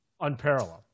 unparalleled